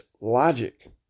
logic